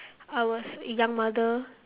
I was a young mother